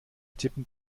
tippen